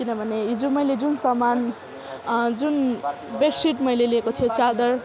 किनभने हिजो मैले जुन सामान जुन बेडसिट मैले लिएको थिएँ च्यादर